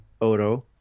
Odo